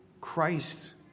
Christ